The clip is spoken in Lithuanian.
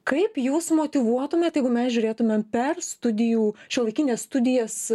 kaip jūs motyvuotumėt jeigu mes žiūrėtumėm per studijų šiuolaikines studijas